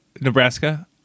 Nebraska